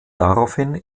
daraufhin